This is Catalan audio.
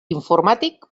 informàtic